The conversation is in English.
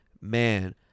man